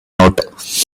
out